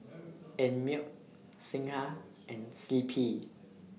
Einmilk Singha and C P